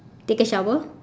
take a shower